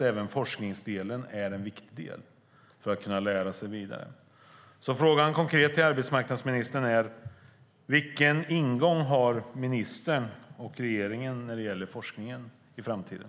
Även forskningsdelen är en viktig del för att man ska kunna lära sig mer. Den konkreta frågan till arbetsmarknadsministern är: Vilken ingång har ministern och regeringen när det gäller forskningen i framtiden?